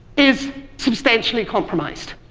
is substantially compromised,